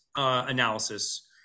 Analysis